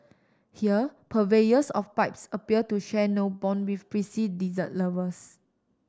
here purveyors of pipes appear to share no bond with prissy dessert lovers